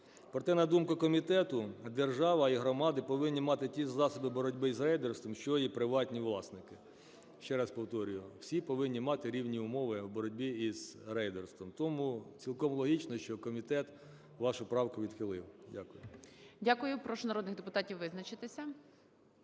Проте, на думку комітету, держава і громади повинні мати ті засоби боротьби із рейдерством, що і приватні власники. Ще раз повторюю: всі повинні мати рівні умови у боротьбі із рейдерством. Тому цілком логічно, що комітет вашу правку відхилив. Дякую. ГОЛОВУЮЧИЙ. Дякую. Прошу народних депутатів визначитися.